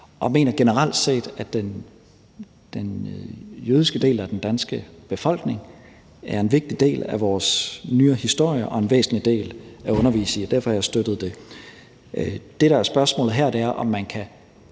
og mener generelt set, at den jødiske del af den danske befolkning er en vigtig del af vores nyere historie og en væsentlig del at undervise i. Derfor har jeg støttet det. Det, der er spørgsmålet her, er, om man kan